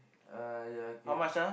uh ya okay